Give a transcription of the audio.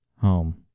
Home